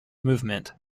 movement